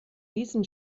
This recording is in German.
diesen